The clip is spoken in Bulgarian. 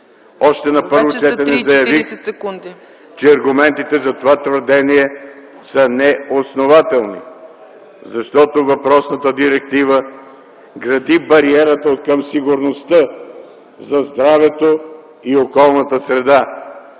Още на първо четене заявих, че аргументите за това твърдение са неоснователни, защото въпросната директива гради бариерата откъм сигурността за здравето и околната среда.